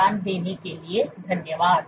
ध्यान देने के लिए धन्यवाद